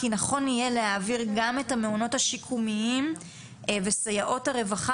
נכון יהיה להעביר גם את המעונות השיקומיים וסייעות הרווחה,